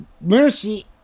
mercy